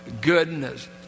goodness